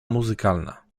muzykalna